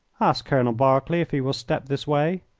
ask colonel berkeley if he will step this way.